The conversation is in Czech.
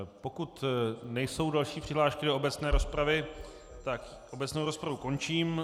Pokud nejsou další přihlášky do obecné rozpravy, obecnou rozpravu končím.